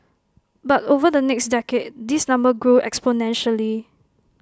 but over the next decade this number grew exponentially